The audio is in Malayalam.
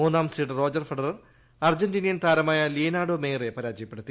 മൂന്നാം സീഡ് റോജർ ഫെഡറർ അർജന്റീനിയൻ ത്ടാർമായ ലിയനാർഡോ മേയറെ പരാജയപ്പെടുത്തി